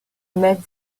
met